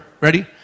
Ready